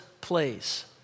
place